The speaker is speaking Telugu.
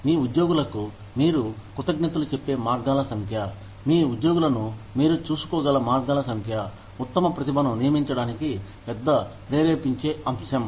మీ ఉద్యోగులకు మీరు కృతజ్ఞతలు చెప్పే మార్గాల సంఖ్య మీ ఉద్యోగులను మీరు చూసుకోగల మార్గాల సంఖ్య ఉత్తమ ప్రతిభను నియమించడానికి పెద్ద ప్రేరేపించే అంశం